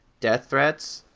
death threads,